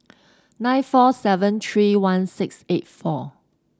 nine four seven three one six eight four